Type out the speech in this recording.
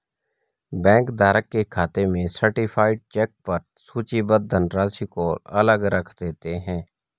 bank धारक के खाते में सर्टीफाइड चेक पर सूचीबद्ध धनराशि को अलग रख देते हैं